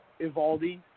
Ivaldi